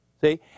See